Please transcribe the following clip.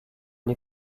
les